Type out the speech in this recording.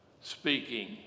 speaking